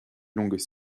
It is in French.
longues